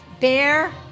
bear